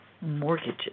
mortgages